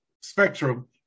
spectrum